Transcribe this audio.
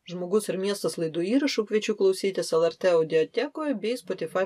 žmogus ir miestas laidų įrašų kviečiu klausytis lrt audiatekoj bei spotifai